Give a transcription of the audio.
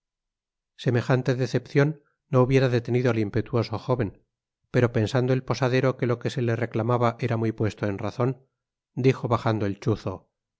semejante decepcion no hubiera detenido al impetuoso jóven pero pensando el posadero que lo que se le reclamaba era muy puesto en razon dijo bajando el chuzo